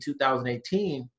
2018